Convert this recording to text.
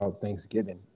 Thanksgiving